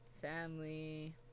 family